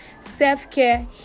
self-care